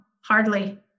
hardly